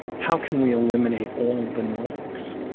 how can we eliminate all the noise?